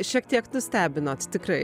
šiek tiek nustebinot tikrai